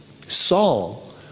Saul